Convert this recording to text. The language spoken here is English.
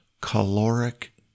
caloric